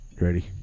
Ready